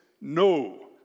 no